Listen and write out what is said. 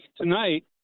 Tonight